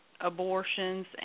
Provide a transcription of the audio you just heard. abortions